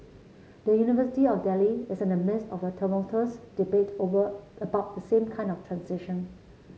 the University of Delhi is in the midst of a tumultuous debate over about the same kind of transition